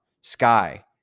sky